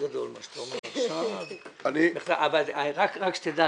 גדול מה שאתה אומר עכשיו אבל רק שתדע,